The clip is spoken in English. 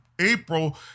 April